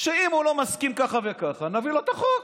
שאם הוא לא מסכים ככה וככה, נביא לו את החוק.